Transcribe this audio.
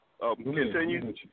Continue